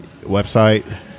website